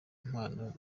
impano